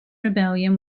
rebellion